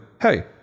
hey